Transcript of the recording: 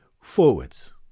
forwards